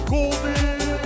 Golden